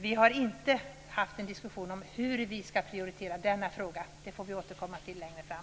Vi har inte haft en diskussion om hur vi ska prioritera denna fråga. Det får vi återkomma till längre fram.